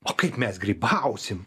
o kaip mes grybausim